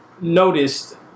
noticed